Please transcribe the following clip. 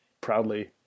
proudly